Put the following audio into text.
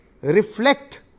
reflect